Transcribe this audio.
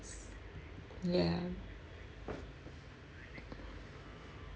ya